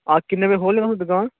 हां किन्ने बजे खोह्लने ओ तुस दकान